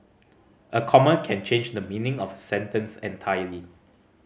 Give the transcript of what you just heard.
a comma can change the meaning of a sentence entirely